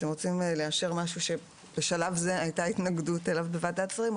אתם רוצים לאשר משהו שבשלב זה היתה התנגדות אליו בוועדות שרים?